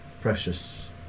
precious